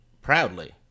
proudly